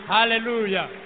Hallelujah